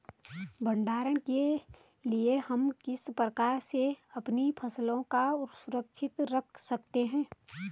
भंडारण के लिए हम किस प्रकार से अपनी फसलों को सुरक्षित रख सकते हैं?